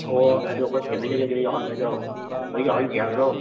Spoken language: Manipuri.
ꯑꯣ ꯑꯗꯣ ꯑꯩꯈꯣꯏ ꯐꯦꯃꯤꯂꯤꯒꯩꯗꯣ ꯂꯣꯏ ꯌꯥꯎꯍꯟꯒꯗ꯭ꯔꯣ ꯂꯣꯏ ꯌꯥꯎꯍꯟꯁꯤ ꯍꯥꯏꯕ꯭ꯔꯣ